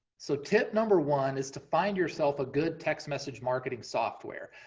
so tip number one is to find yourself a good text message marketing software.